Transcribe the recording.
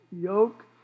yoke